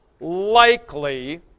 likely